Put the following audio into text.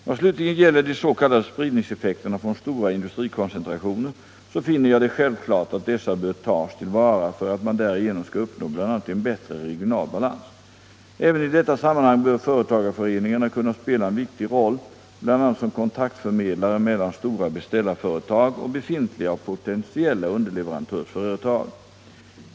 I vad slutligen gäller de s.k. spridningseffekterna från stora industrikoncentrationer finner jag det självklart att dessa bör tas till vara för att man därigenom skall uppnå bl.a. en bättre regional balans. Även i detta sammanhang bör företagareföreningarna kunna spela en viktig roll bl.a. som kontaktförmedlare mellan stora beställarföretag och befintliga potentiella underleverantörsföretag.